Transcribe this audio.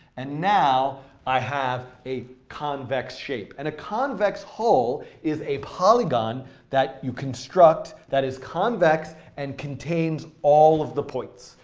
and now i have a convex shape. and a convex hull is a polygon that you construct that is convex and contains all of the points.